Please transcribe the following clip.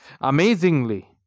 amazingly